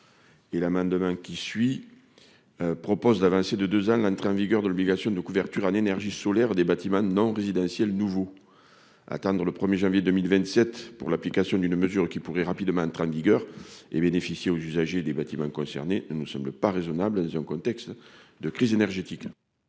Et la main demain qui suit propose d'avancer de 2 ans, l'entrée en vigueur de l'obligation de couverture à l'énergie solaire, des bâtiments non résidentiels nouveau à dans le 1er janvier 2027 pour l'application d'une mesure qui pourrait rapidement train de vigueur et bénéficier aux usagers des bâtiments concernés ne nous semble pas raisonnable adhésion contexte de crise énergétique.